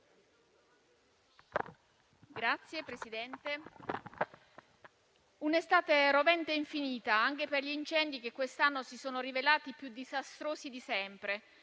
un'estate rovente e infinita, anche per gli incendi che quest'anno si sono rivelati più disastrosi di sempre,